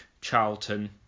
Charlton